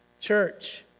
church